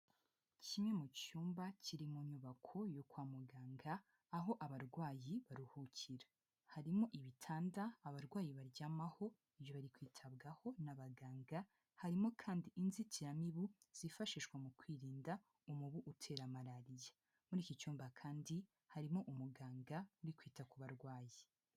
Kimwe mu cyumba kiri mu nyubako yo kwa muganga, aho abarwayi baruhukira. Harimo ibitanda abarwayi baryamaho iyo bari kwitabwaho n'abaganga, harimo kandi inzitiramibu zifashishwa mu kwirinda umubu utera malariya, muri iki cyumba kandi harimo umuganga uri kwita ku barwayi.